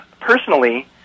Personally